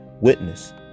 witness